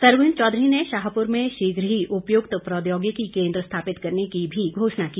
सरवीण चौधरी ने शाहपुर में शीघ्र ही उपयुक्त प्रौद्योगिकी केन्द्र स्थापित करने की भी घोषणा की